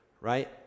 right